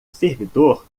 servidor